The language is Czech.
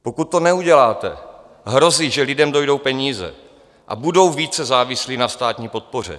Pokud to neuděláte, hrozí, že lidem dojdou peníze a budou více závislí na státní podpoře.